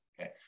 okay